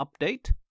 update